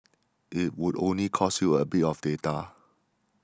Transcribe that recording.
it would only cost you a bit of data